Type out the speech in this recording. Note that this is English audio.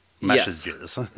messages